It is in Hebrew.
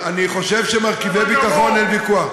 אורי, אני חושב שמרכיבי ביטחון, אין ויכוח.